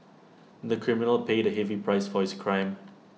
the criminal paid A heavy price for his crime